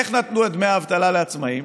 איך נתנו את דמי האבטלה לעצמאים?